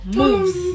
moves